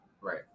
Right